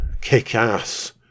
kick-ass